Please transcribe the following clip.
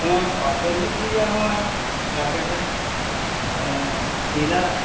ہاں لکھ لیجیے جو آڈر ہے کیلا